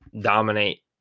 dominate